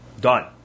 Done